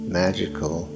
magical